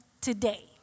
today